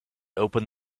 opened